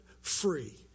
free